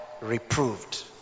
reproved